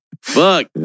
Fuck